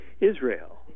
Israel